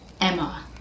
Emma